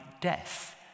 death